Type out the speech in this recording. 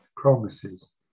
promises